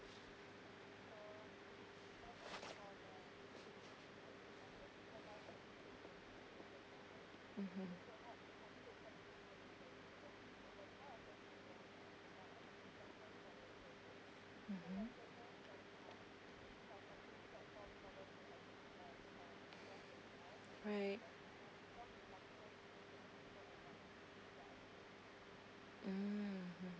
mmhmm mmhmm right mm